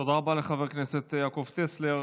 תודה רבה לחבר הכנסת יעקב טסלר.